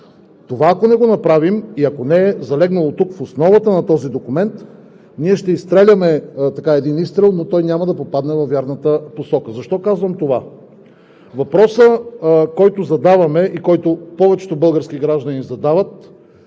Ако не направим това и ако то не е залегнало тук – в основата на този документ, ще изстреляме един изстрел, но той няма да попадне във вярната посока. Защо казвам това? Имайте предвид, че въпросът, който задавам и който повечето български граждани задават: